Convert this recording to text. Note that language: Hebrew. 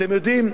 אתם יודעים,